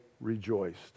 rejoiced